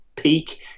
peak